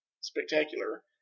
spectacular